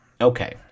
Okay